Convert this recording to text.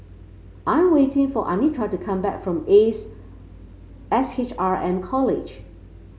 I'm waiting for Anitra to come back from Ace S H R M College